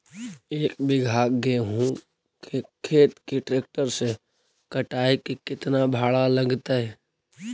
एक बिघा गेहूं के खेत के ट्रैक्टर से कटाई के केतना भाड़ा लगतै?